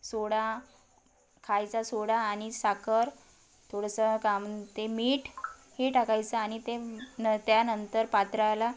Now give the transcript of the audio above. सोडा खायचा सोडा आणि साखर थोडंसं का ते मीठ हे टाकायचं आणि ते न त्यानंतर पात्राला